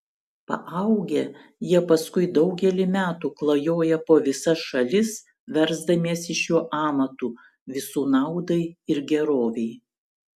paaugę jie paskui daugelį metų klajoja po visas šalis versdamiesi šiuo amatu visų naudai ir gerovei